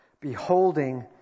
Beholding